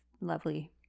lovely